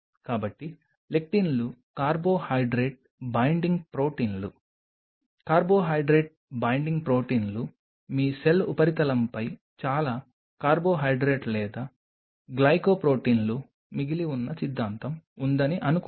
కాబట్టి లెక్టిన్లు carbohydrate binding ప్రోటీన్లు కార్బో హైడ్రేట్ బైండింగ్ ప్రొటీన్లు మీ సెల్ ఉపరితలంపై చాలా కార్బోహైడ్రేట్ లేదా గ్లైకోప్రొటీన్లు మిగిలి ఉన్న సిద్ధాంతం ఉందని అనుకుందాం